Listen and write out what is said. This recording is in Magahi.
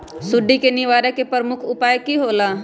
सुडी के निवारण के प्रमुख उपाय कि होइला?